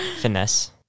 Finesse